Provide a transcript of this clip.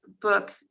book